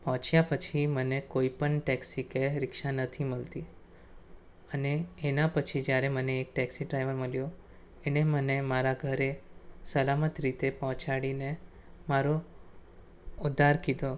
પહોંચ્યા પછી મને કોઈ પણ ટેક્સી કે રિક્ષા નથી મળતી અને એના પછી જ્યારે મને એક ટેક્સી ડ્રાઈવર મળ્યો એને મને મારા ઘરે સલામત રીતે પહોંચાડીને મારો ઉદ્ધાર કીધો